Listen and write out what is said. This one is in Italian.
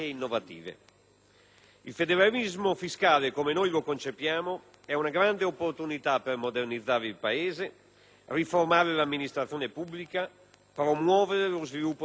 Il federalismo fiscale, come noi lo concepiamo, è una grande opportunità per modernizzare il Paese, riformare l'amministrazione pubblica, promuovere lo sviluppo dei territori.